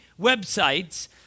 websites